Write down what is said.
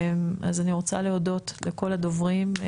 אני רוצה להודות לכל הדוברים: